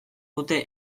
dute